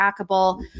trackable